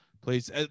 please